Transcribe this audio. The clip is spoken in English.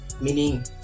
Meaning